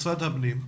משרד הפנים.